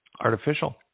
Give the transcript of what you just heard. artificial